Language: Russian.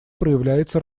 проявляется